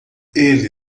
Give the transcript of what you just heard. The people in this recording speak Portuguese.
ele